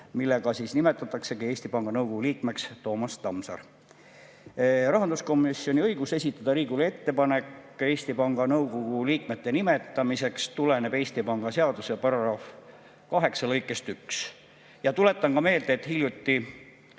millega nimetataksegi Eesti Panga Nõukogu liikmeks Toomas Tamsar. Rahanduskomisjoni õigus esitada Riigikogule ettepanek Eesti Panga Nõukogu liikmete nimetamiseks tuleneb Eesti Panga seaduse § 8 lõikest 1. Ja tuletan meelde, et kolm